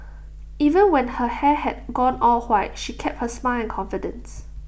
even when her hair had gone all white she kept her smile and confidence